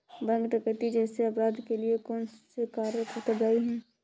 Bank डकैती जैसे अपराध के लिए कौन से कारक उत्तरदाई हैं?